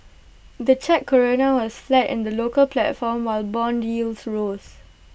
the Czech Koruna was flat in the local platform while Bond yields rose